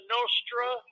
Nostra